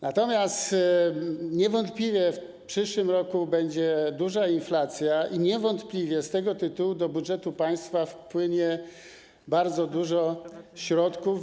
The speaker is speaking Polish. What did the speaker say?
Niewątpliwie w przyszłym roku będzie duża inflacja i niewątpliwie z tego tytułu do budżetu państwa wpłynie bardzo dużo środków.